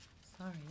Sorry